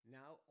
now